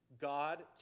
God